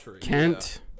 Kent